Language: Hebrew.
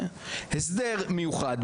הסדר מיוחד,